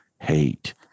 hate